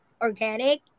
organic